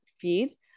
feed